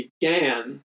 began